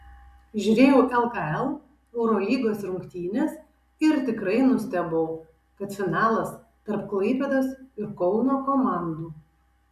žiūrėjau lkl eurolygos rungtynes ir tikrai nustebau kad finalas tarp klaipėdos ir kauno komandų